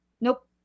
Nope